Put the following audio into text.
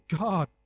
God